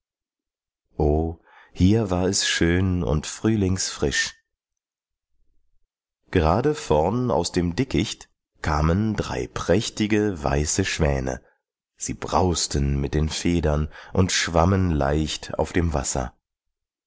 hier war es schön und frühlingsfrisch gerade vorn aus dem dickicht kamen drei prächtige weiße schwäne sie brausten mit den federn und schwammen leicht auf dem wasser